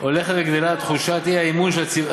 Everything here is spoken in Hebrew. הולכת וגדלה תחושת האי-אמון של הציבור,